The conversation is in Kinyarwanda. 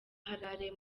harare